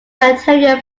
material